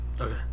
Okay